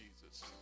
Jesus